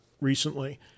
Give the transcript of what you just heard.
recently